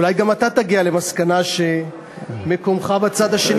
אולי גם אתה תגיע למסקנה שמקומך בצד השני.